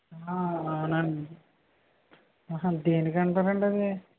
అవునండీ అహ దేనికి అంటారండీ అది